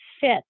fit